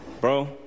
Bro